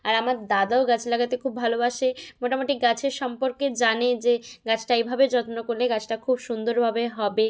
আর আমার দাদাও গাছ লাগাতে খুব ভালোবাসে মোটামুটি গাছের সম্পর্কে জানে যে গাছটা এভাবে যত্ন করলে গাছটা খুব সুন্দরভাবে হবে